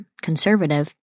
conservative